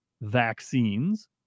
vaccines